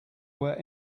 were